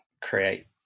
create